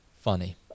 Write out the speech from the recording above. Funny